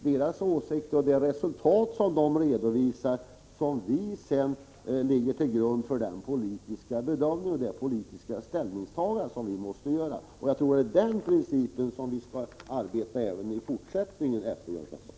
Deras åsikter och de resultat de redovisar skall ligga till grund för den politiska bedömning och det politiska ställningstagande som vi måste göra. Den principen skall vi arbeta efter även i fortsättningen, Jörn Svensson.